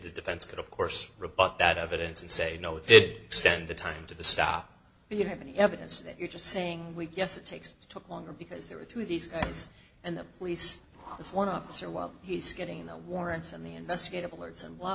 the defense could of course rebut that evidence and say no it did extend the time to the stop but you have any evidence that you're just saying we guess it takes took longer because there are two of these guys and the police this one officer while he's getting the warrants and the investigative alerts and blah